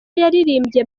yaririmbye